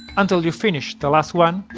until you finish the last one,